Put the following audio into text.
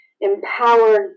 empowered